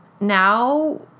now